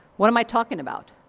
what am i talking about?